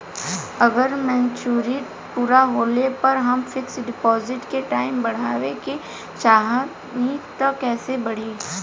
अगर मेचूरिटि पूरा होला पर हम फिक्स डिपॉज़िट के टाइम बढ़ावे के चाहिए त कैसे बढ़ी?